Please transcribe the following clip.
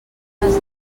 els